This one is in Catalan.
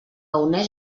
uneix